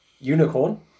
Unicorn